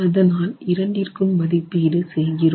அதனால் இரண்டிற்கும் மதிப்பீடு செய்கிறோம்